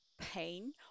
pain